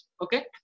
Okay